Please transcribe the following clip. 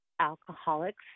alcoholics